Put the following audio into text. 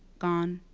gone,